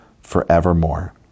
forevermore